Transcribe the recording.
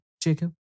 Jacob